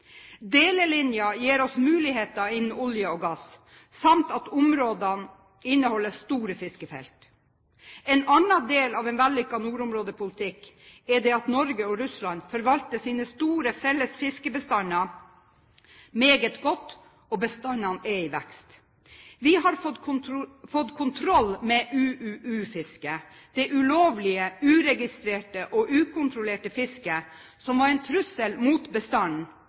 gir oss muligheter innen olje og gass samt at områdene inneholder store fiskefelt. En annen del av en vellykket nordområdepolitikk er at Norge og Russland forvalter sine store felles fiskebestander meget godt, og at bestandene er i vekst. Vi har fått kontroll med UUU-fisket, det ulovlige, uregistrerte og ukontrollerte fisket som var en trussel mot bestanden,